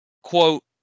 quote